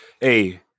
hey